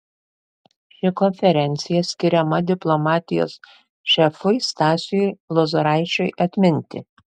ši konferencija skiriama diplomatijos šefui stasiui lozoraičiui atminti